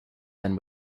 than